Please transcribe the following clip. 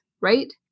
Right